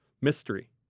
mystery